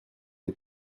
des